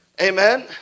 Amen